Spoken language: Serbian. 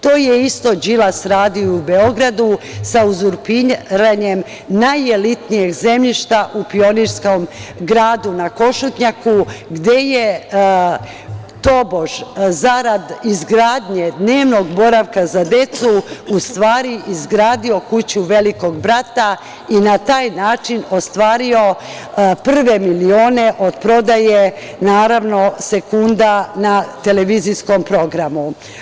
To je isto Đilas radio u Beogradu sa uzurpiranjem najelitnijeg zemljišta u Pionirskom gradu na Košutnjaku, gde je, tobož, zarad izgradnje dnevnog boravka za decu u stvari izgradi kuću „Velikog brata“ i na taj način ostvario prve milione od prodaje sekunda na televizijskom programu.